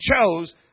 chose